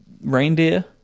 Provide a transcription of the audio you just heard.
Reindeer